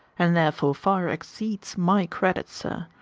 and therefore far exceeds my credit, sir.